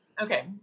Okay